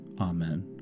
Amen